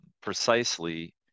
precisely